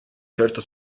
certo